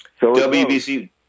WBC